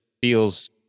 feels